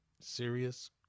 serious